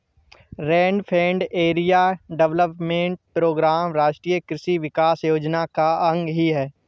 rainfed area development program राष्ट्रीय कृषि विकास योजना का अंग ही है